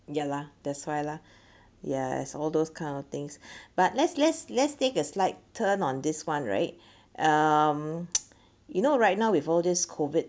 ya lah that's why lah ya as all those kind of things but let's let's let's take a slight turn on this one right um you know right now with all this COVID